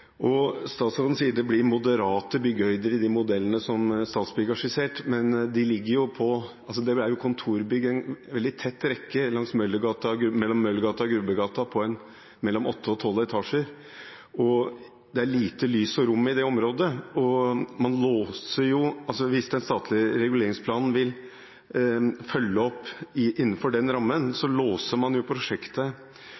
de modellene som Statsbygg har skissert, men det er jo kontorbygg på 8–12 etasjer i en veldig tett rekke mellom Møllergata og Grubbegata. Det er lite lys og rom i det området. Hvis den statlige reguleringsplanen vil følge opp innenfor den rammen, låser man prosjektet ganske mye. Så jeg vil spørre statsråden om han vil vurdere å involvere Stortinget mer, utover den